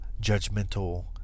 judgmental